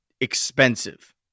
expensive